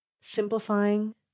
Simplifying